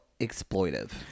exploitive